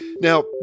Now